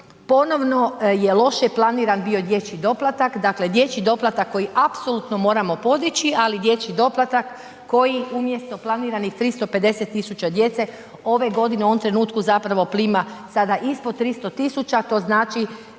ponovno je loše planiran bio dječji doplatak, dakle dječji doplatak koji apsolutno moramo podići ali dječji doplatak koji umjesto planiranih 350 000 djece, ove godine, u ovom trenutku zapravo prima sada ispod 300 000, to znači